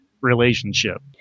relationship